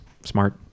smart